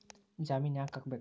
ಜಾಮಿನ್ ಯಾಕ್ ಆಗ್ಬೇಕು?